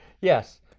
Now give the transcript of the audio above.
Yes